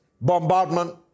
bombardment